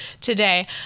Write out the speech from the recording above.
today